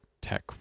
tech